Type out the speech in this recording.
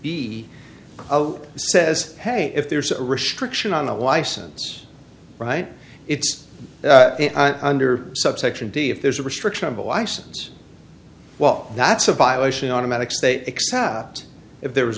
zero says hey if there's a restriction on a license right it's under subsection d if there's a restriction of a license well that's a violation automatic state except if there was